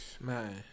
Man